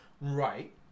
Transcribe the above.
Right